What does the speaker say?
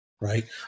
right